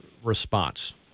response